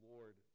Lord